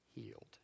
healed